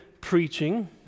preaching